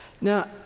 Now